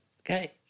Okay